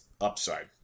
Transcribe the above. upside